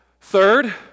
Third